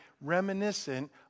reminiscent